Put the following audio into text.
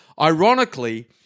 ironically